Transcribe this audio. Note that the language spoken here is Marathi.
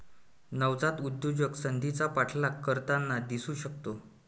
नवजात उद्योजक संधीचा पाठलाग करताना दिसू शकतो